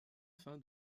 fin